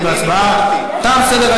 התשע"ה 2014. אנחנו מצביעים.